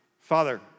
Father